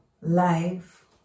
life